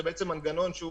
זה מנגנון שהוא